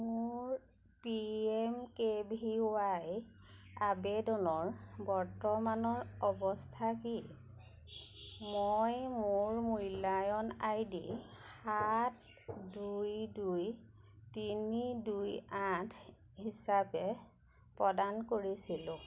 মোৰ P M K V Y আবেদনৰ বৰ্তমানৰ অৱস্থা কি মই মোৰ মূল্যায়ন আই ডি সাত দুই দুই তিনি দুই আঠ হিচাপে প্ৰদান কৰিছিলোঁ